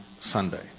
Sunday